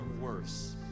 worse